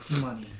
Money